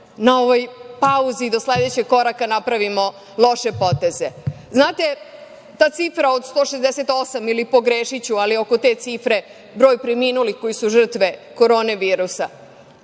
na ovoj pauzi do sledećeg koraka da napravimo loše poteze. Znate, ta cifra od 168, pogrešiću, ali oko te cifre, broj preminulih koji su žrtve Korone virusa,